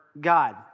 God